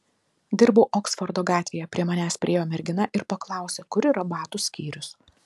dirbau oksfordo gatvėje prie manęs priėjo mergina ir paklausė kur yra batų skyrius